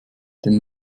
den